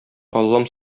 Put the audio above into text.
аллам